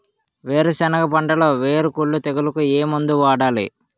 వేరుసెనగ పంటలో వేరుకుళ్ళు తెగులుకు ఏ మందు వాడాలి?